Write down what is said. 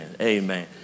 Amen